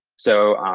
so,